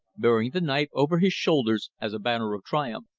bearing the knife over his shoulder as a banner of triumph.